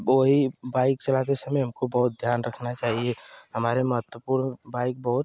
वही बाइक चलाते समय हमको बहुत ध्यान रखना चाहिए हमारे महत्वपूर्ण बाइक बहुत